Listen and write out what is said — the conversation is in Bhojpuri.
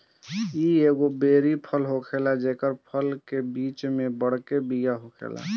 इ एगो बेरी फल होखेला जेकरा फल के बीच में बड़के बिया होखेला